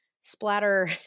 splatter